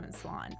Salon